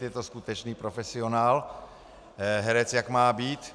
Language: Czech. Je to skutečný profesionál, herec jak má být.